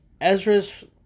Ezra's